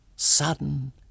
Sudden